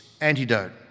antidote